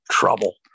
trouble